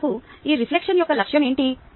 చివరకు ఈ రిఫ్లెక్షన్ యొక్క లక్ష్యం ఏమిటి